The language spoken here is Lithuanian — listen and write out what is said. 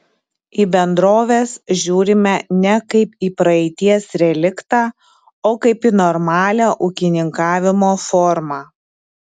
į bendroves žiūrime ne kaip į praeities reliktą o kaip į normalią ūkininkavimo formą